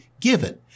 given